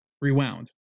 rewound